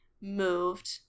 moved